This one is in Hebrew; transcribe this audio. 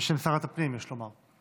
בשם שרת הפנים, יש לומר.